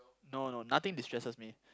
no no nothing destresses me